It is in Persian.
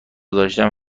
داشتم